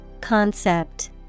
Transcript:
Concept